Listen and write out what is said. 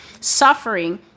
suffering